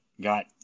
got